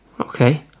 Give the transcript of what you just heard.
Okay